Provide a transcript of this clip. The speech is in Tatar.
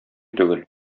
түгел